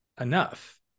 enough